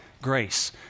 grace